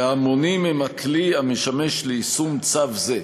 והמונים הם הכלי המשמש ליישום צו זה.